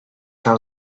how